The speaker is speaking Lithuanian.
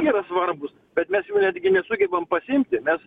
yra svarbūs bet mes jų netgi nesugebam pasiimti mes